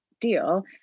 deal